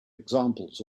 examples